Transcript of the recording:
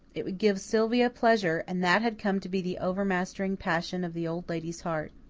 it would give sylvia pleasure, and that had come to be the overmastering passion of the old lady's heart.